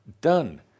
Done